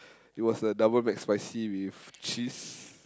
it was a Double McSpicy with cheese